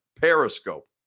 Periscope